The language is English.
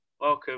Welcome